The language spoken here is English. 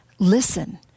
Listen